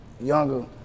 younger